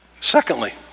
Secondly